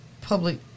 public